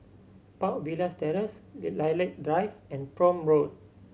Park Villas Terrace Lilac Drive and Prome Road